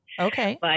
Okay